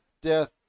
death